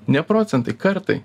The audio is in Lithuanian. ne procentai kartai